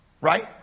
Right